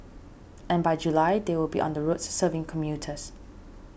and by July they will be on the roads serving commuters